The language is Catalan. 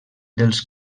dels